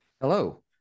Hello